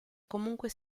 comunque